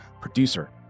producer